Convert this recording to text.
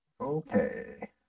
Okay